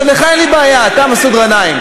עכשיו, לך, אין לי בעיה, אתה, מסעוד גנאים.